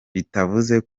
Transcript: bitavuze